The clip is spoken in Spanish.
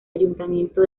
ayuntamiento